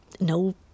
No